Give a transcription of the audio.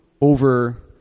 over